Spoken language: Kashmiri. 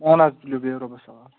اہَن حظ تُلِو بِہِو رۄبَس حوال